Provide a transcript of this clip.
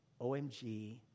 OMG